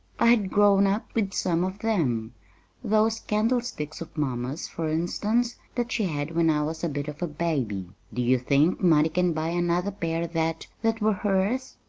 i had grown up with some of them those candlesticks of mamma's, for instance, that she had when i was a bit of a baby. do you think money can buy another pair that that were hers?